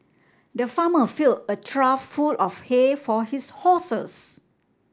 the farmer filled a trough full of hay for his horses